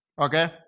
Okay